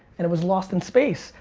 and it was lost in space,